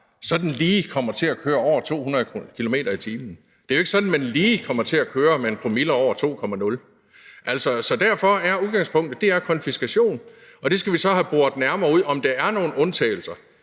sådan lige kommer til at køre over 200 km/t. Det er jo ikke sådan, at man lige kommer til at køre med 1 promille på over 2,0. Derfor er udgangspunktet konfiskation. Vi skal så have boret nærmere ud, om der er nogle undtagelser.